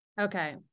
Okay